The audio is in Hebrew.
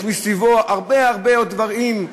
יש מסביבו עוד הרבה הרבה דברים,